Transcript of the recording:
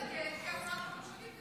הוא התנגד כהצעת חוק ממשלתית,